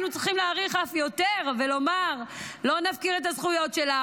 היינו צריכים להעריך אף יותר ולומר: לא נפקיר את הזכויות שלך,